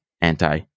anti